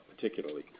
particularly